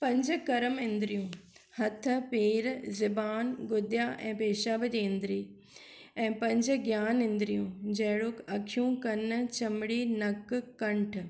पंज कर्म इंद्रियूं हथु पेर ज़ुबान गुद्या ऐं पेशाब जी इंद्री ऐं पंज ग्यान इंद्रियूं जेणो अख़ियूं कनि चमड़ी नक कंठ